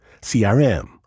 CRM